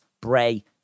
Bray